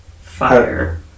Fire